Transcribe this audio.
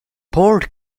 port